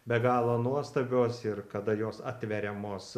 be galo nuostabios ir kada jos atveriamos